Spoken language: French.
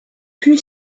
plus